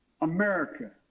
America